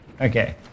Okay